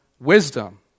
wisdom